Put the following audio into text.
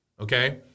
Okay